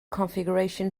configuration